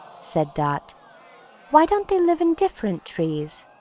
said dot why don't they live in different trees?